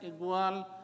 igual